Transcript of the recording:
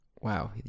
Wow